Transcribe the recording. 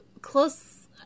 close